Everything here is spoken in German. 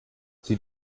sie